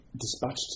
dispatched